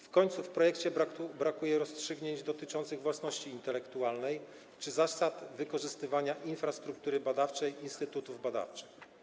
W końcu w projekcie brakuje rozstrzygnięć dotyczących własności intelektualnej czy zasad wykorzystywania infrastruktury badawczej instytutów badawczych.